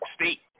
State